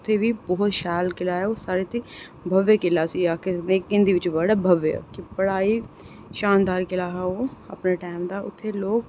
उत्थै बी बहुत शैल किला ऐ इत्थै ओह् भव्य किला आखेआ जंदा ऐ हिंदी बिच आखदे भव्य किला बड़ा एह् शानदार किला हा ओह् अपने टैम दा उत्थै लोक